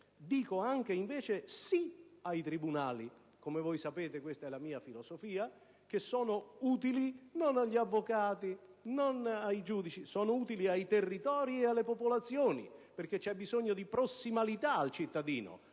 dico invece sì ai tribunali (come è noto, questa è la mia filosofia) che sono utili non agli avvocati o ai giudici, ma ai territori ed alle popolazioni perché c'è bisogno di prossimalità al cittadino.